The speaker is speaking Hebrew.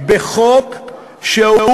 חוק הסדרים נוסף.